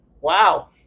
wow